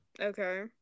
Okay